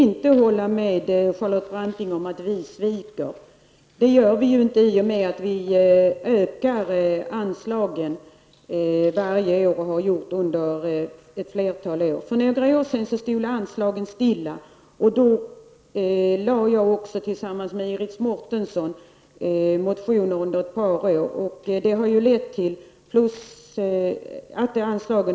Fru talman! Charlotte Branting säger att vi sviker beträffande enprocentsmålet. Men det kan jag inte hålla med om. I stället ökar vi ju anslagen varje år. Det har vi gjort under ett flertal år. För några år sedan stod det emellertid stilla när det gäller anslagen. Under ett par års tid återkom Iris Mårtensson och jag med motioner i det här sammanhanget. Det har lett till ökade anslag.